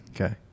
Okay